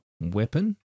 weapon